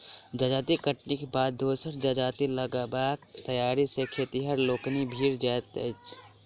जजाति कटनीक बाद दोसर जजाति लगयबाक तैयारी मे खेतिहर लोकनि भिड़ जाइत छथि